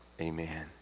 Amen